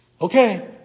Okay